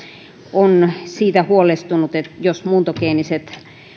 on huolestunut jos